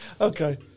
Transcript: Okay